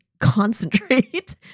concentrate